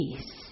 peace